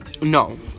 No